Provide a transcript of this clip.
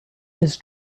his